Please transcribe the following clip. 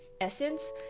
essence